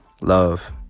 love